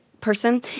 person